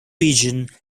region